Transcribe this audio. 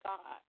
God